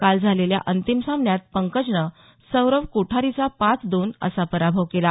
काल झालेल्या अंतिम सामन्यात पंकजनं सौरव कोठारीचा पाच दोन असा पराभव केला